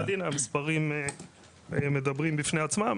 אבל הנה המספרים מדברים בפני עצמם,